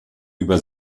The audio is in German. über